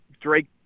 Drake